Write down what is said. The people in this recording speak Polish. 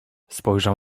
spojrzał